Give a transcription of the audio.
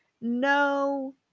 no